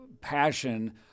passion